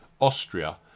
Austria